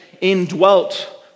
indwelt